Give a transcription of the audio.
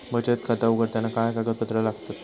बचत खाता उघडताना काय कागदपत्रा लागतत?